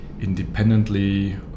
independently